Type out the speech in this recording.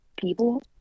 People